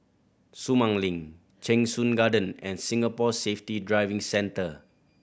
Sumang Link Cheng Soon Garden and Singapore Safety Driving Centre